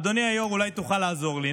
אדוני היו"ר, אולי תוכל לעזור לי.